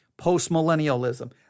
Postmillennialism